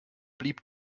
blieb